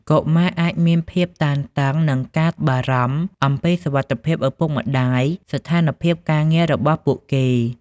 កុមារអាចមានភាពតានតឹង និងការបារម្ភអំពីសុវត្ថិភាពឪពុកម្ដាយ ស្ថានភាពការងាររបស់ពួកគេ។